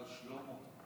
שלמה,